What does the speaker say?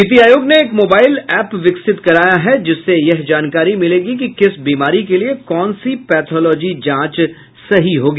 नीति आयोग ने एक मोबाइल एप विकसित कराया है जिससे यह जानकारी मिलेगी कि किस बीमारी के लिये कौन सी पैथोलॉजी जांच सही होगी